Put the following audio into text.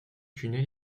tunnel